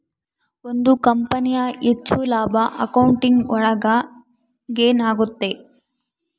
ಒಂದ್ ಕಂಪನಿಯ ಹೆಚ್ಚು ಲಾಭ ಅಕೌಂಟಿಂಗ್ ಒಳಗ ಗೇನ್ ಆಗುತ್ತೆ